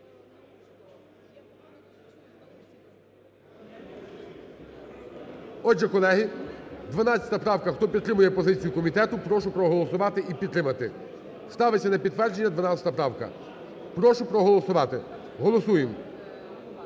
Отже, колеги, 12 правка. Хто підтримує позицію комітету, прошу проголосувати і підтримати. Ставиться на підтвердження 12 правка. Прошу проголосувати. Голосуємо!